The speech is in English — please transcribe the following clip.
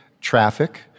traffic